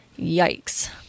yikes